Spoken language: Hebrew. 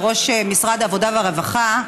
בראש משרד העבודה והרווחה,